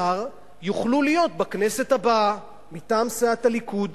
אבל רק 18 יוכלו להיות בכנסת הבאה מטעם סיעת הליכוד.